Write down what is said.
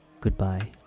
goodbye